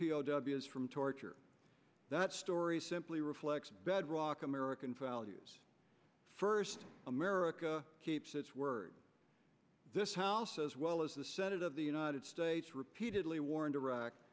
w s from torture that story simply reflects bedrock american values first america keeps its word this house as well as the senate of the united states repeatedly warned iraq